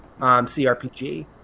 CRPG